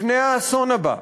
לפני האסון הבא,